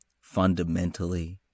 fundamentally